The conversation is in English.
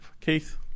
Keith